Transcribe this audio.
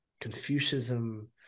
Confucianism